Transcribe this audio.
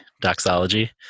doxology